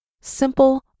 simple